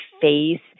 face